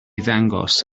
ddangos